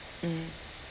mm